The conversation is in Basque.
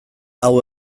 hau